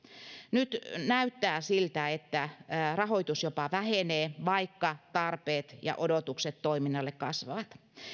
nyt näyttää siltä että rahoitus jopa vähenee vaikka tarpeet ja odotukset toiminnalle kasvavat